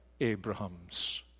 Abraham's